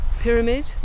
pyramid